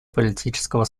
политического